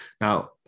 now